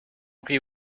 prie